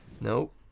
Nope